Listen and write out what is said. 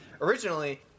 Originally